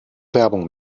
werbung